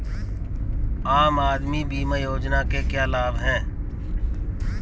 आम आदमी बीमा योजना के क्या लाभ हैं?